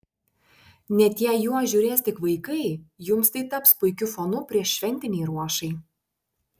net jei juos žiūrės tik vaikai jums tai taps puikiu fonu prieššventinei ruošai